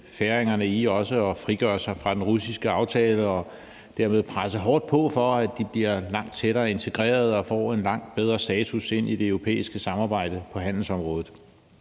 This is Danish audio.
færingerne i at frigøre sig fra den russiske aftale og dermed presse hårdt på for, at de bliver langt mere integreret og får en langt bedre status i det europæiske samarbejde på handelsområdet.